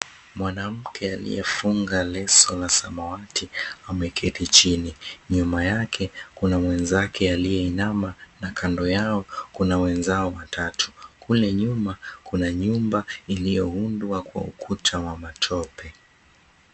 Mwanamke aliyefunga leso la samawati ameketi chini. Nyuma yake kuna mwenzake aliyeinama na kando yao kuna wenzao watatu. Kule nyuma kuna nyumba iliyoundwa kwa ukuta wa matope.